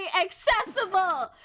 accessible